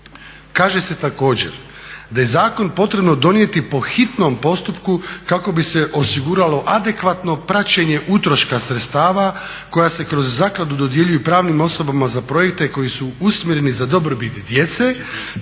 Kaže se također da je zakon potrebno donijeti po hitnom postupku kako bi se osiguralo adekvatno praćenje utroška sredstava koja se kroz zakladu dodjeljuju pravnim osobama za projekte koji su usmjereni za dobrobit djece